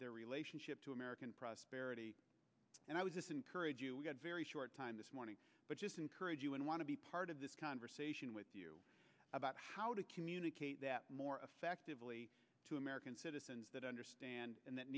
their relationship to american prosperity and i was this encourage you we got very short time this morning but just encourage you and want to be part of this conversation with you about how to communicate that more effectively to american citizens that understand and that